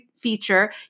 feature